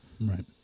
right